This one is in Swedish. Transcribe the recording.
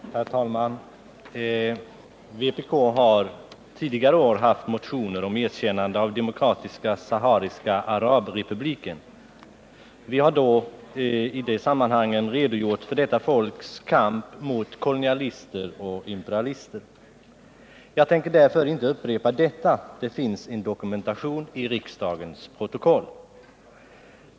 Torsdagen den Herr talman! Vpk har tidigare år haft motioner om erkännande av 7 december 1978 Demokratiska sahariska arabrepubliken. Vi har i de sammanhangen redogjort för det sahariska folkets kamp mot kolonialister och imperialister. Jag tänker därför inte upprepa detta — det finns en dokumentation i riksdagens protokoll.